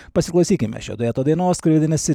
pasiklausykime šio dueto dainos kuri vadinasi